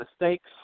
mistakes